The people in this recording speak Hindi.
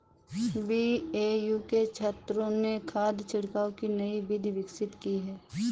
बी.ए.यू के छात्रों ने खाद छिड़काव की नई विधि विकसित की है